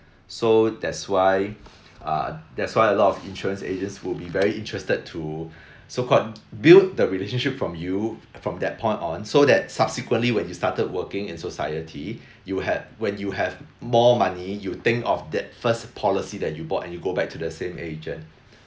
so that's why uh that's why a lot of insurance agents will be very interested to so called build the relationship from you from that point on so that subsequently when you started working in society you had when you have more money you think of that first policy that you bought and you go back to the same agent